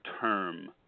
term